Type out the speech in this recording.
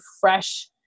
fresh